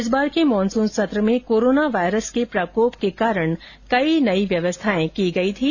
इस बार के मानसून सत्र में कोरोना वायरस के प्रकोप के कारण कई नई व्यवस्थाएं की गई थीं